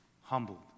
humbled